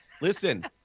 Listen